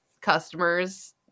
Customers